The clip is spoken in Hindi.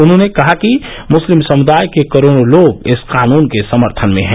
उन्होंने कहा कि मुस्लिम समुदाय के करोड़ों लोग इस कानून के समर्थन में हैं